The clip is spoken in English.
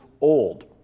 old